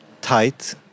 tight